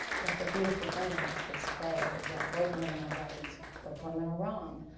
but the beautiful thing about this play is that both women are right. both women are wrong.